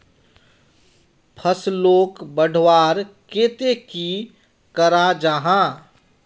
फसलोक बढ़वार केते की करा जाहा?